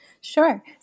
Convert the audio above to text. Sure